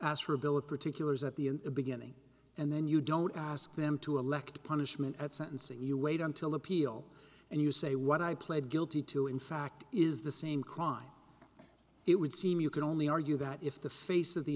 ask for a billet particulars at the beginning and then you don't ask them to elect punishment at sentencing you wait until appeal and you say what i pled guilty to in fact is the same crime it would seem you can only argue that if the face of the